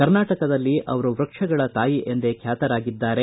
ಕರ್ನಾಟಕದಲ್ಲಿ ಅವರು ವ್ಯಕ್ಷಗಳ ತಾಯಿ ಎಂದೇ ಖ್ಯಾತರಾಗಿದ್ದಾರೆ